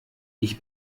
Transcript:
ich